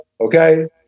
Okay